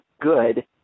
good